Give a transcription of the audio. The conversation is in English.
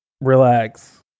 relax